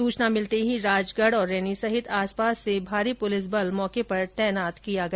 सूचना मिलते ही राजगढ़ और रेनी सहित आसपास से भारी पुलिस बल मौके पर तैनात कर दिया गया